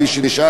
כפי שנשאל,